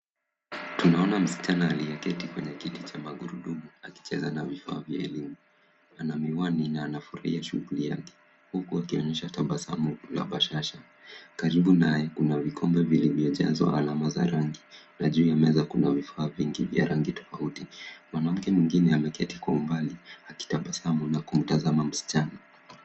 Tunaona msichana aliyeketi kwenye kiti cha magurudumu, akicheza na vifaa vya elimu. Ana miwani na anafurahia shughuli yake, huku akionyesha tabasamu na bashasha. Karibu naye kuna vikombe vilivyojazwa alama za rangi na juu ya meza kuna vifaa vingi vya rangi tofauti. Mwanamke mwingine ameketi kwa umbali akitabasamu na kumtazama msichana.